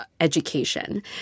education